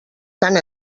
tant